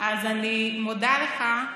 אז אני מודה לך,